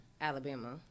alabama